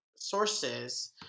sources